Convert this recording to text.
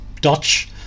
Dutch